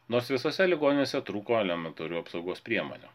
nors visose ligoninėse trūko elementarių apsaugos priemonių